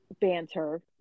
banter